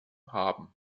haben